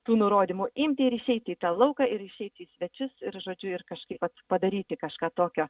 tų nurodymų imti ir išeiti į tą lauką ir išeiti į svečius ir žodžiu ir kažkaip padaryti kažką tokio